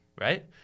right